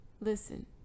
listen